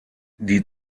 die